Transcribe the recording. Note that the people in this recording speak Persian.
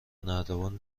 نردبان